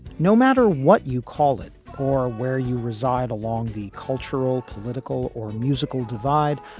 no matter what you call it or where you reside along the cultural, political or musical divide.